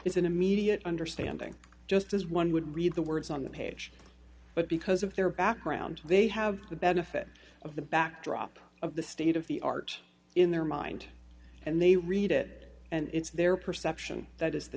is an immediate understanding just as one would read the words on the page but because of their background they have the benefit of the backdrop of the state of the art in their mind and they read it and it's their perception that is the